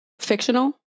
fictional